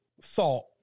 thought